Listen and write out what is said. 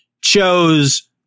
chose